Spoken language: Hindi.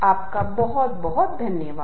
आपका बहुत धन्यवाद